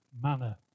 manner